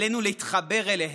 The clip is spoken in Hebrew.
עלינו להתחבר אליהם.